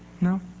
no